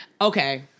Okay